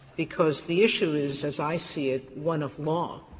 because the issue is, as i see it, one of law,